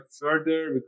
further